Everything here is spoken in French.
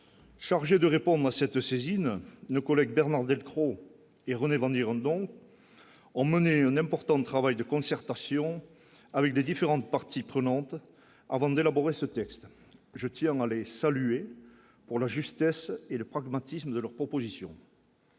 Chargé de répondre à cette saisine, ne collègues : Bernard Delcros et René Vandierendonck ont mené une importante travail de concertation avec les différentes parties prenantes avant d'élaborer ce texte, je tiens à les saluer pour la justesse et le pragmatisme de leurs propositions.